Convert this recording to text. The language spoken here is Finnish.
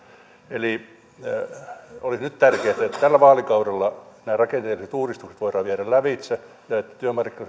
eli olisi nyt tärkeätä että tällä vaalikaudella nämä rakenteelliset uudistukset voidaan viedä lävitse ja että työmarkkinat